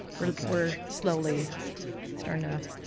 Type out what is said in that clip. we're we're slowly starting off,